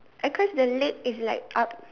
across the leg is like up